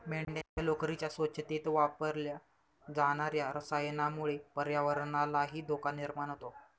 मेंढ्यांच्या लोकरीच्या स्वच्छतेत वापरल्या जाणार्या रसायनामुळे पर्यावरणालाही धोका निर्माण होतो